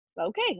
okay